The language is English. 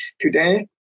today